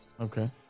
Okay